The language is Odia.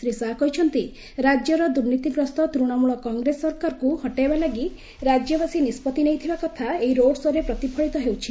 ଶ୍ରୀ ଶାହା କହିଛନ୍ତି ରାଜ୍ୟର ଦୁର୍ନୀତିଗ୍ରସ୍ତ ତୃଶମୂଳ କଂଗ୍ରେସ ସରକାରକୁ ହଟାଇବା ଲାଗି ରାଜ୍ୟବାସୀ ନିଷ୍କତ୍ତି ନେଇଥିବା କଥା ଏହି ରୋଡ୍ ଶୋ'ରେ ପ୍ରତିଫଳିତ ହେଉଛି